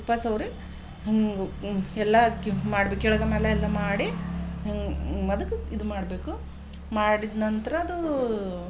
ತುಪ್ಪ ಸವರಿ ಎಲ್ಲ ಮಾಡಿ ಭೀ ಕೆಳಗೆ ಮೇಲೆ ಎಲ್ಲ ಮಾಡಿ ಅದಕ್ಕೆ ಇದು ಮಾಡಬೇಕು ಮಾಡಿದ ನಂತರ ಅದು